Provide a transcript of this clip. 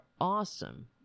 awesome